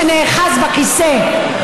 שנאחז בכיסא,